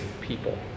people